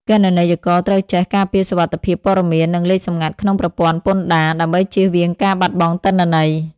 គណនេយ្យករត្រូវចេះការពារសុវត្ថិភាពព័ត៌មាន និងលេខសម្ងាត់ក្នុងប្រព័ន្ធពន្ធដារ ដើម្បីចៀសវាងការបាត់បង់ទិន្នន័យ។